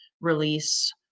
release